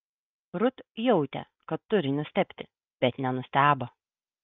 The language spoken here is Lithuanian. rut jautė kad turi nustebti bet nenustebo